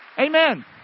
Amen